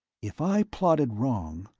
if i plotted wrong,